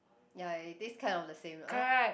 ya it taste kind of the same ah